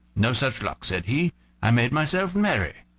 no such luck, said he i made myself merry.